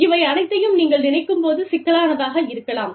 இவை அனைத்தையும் நீங்கள் நினைக்கும் போது சிக்கலானதாக இருக்கலாம்